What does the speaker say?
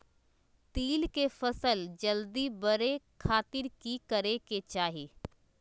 तिल के फसल जल्दी बड़े खातिर की करे के चाही?